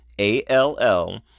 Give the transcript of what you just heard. A-L-L